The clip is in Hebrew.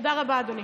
תודה רבה, אדוני.